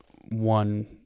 one